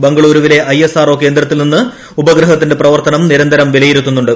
ബംഗളൂരുവിലെ ഐഎസ്ആർഒ കേന്ദ്രത്തിൽ നിന്ന് ഉപഗ്രഹത്തിന്റെ പ്രവർത്തനം നിരന്തരം വിലയിരുത്തുന്നുണ്ട്